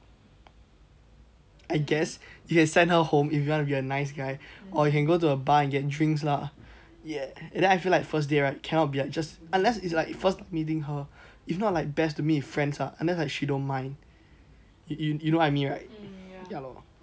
I guess you can send her home if you wanna be a nice guy or you can go to a bar and get drinks lah ye and then I feel like first day right cannot be like just unless it's like first time meeting her if not like best to meet friends ah and then like she don't mind you you know what I mean right ya lor